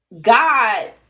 god